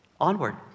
onward